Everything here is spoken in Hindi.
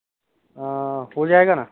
हो जाएगा ना